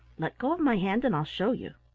let go of my hand, and i'll show you.